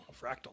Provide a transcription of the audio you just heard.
Fractal